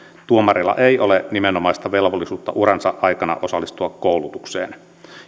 tuomarilla ei ole nimenomaista velvollisuutta uransa aikana osallistua koulutukseen